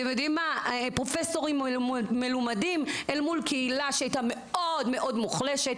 פרופסורים מלומדים אל מול קהילה מאוד מוחלשת